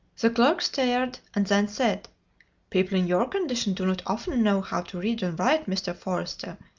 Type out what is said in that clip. the clerk stared, and then said people in your condition do not often know how to read and write, mr. forester,